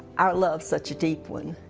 our love such a deep one.